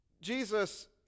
Jesus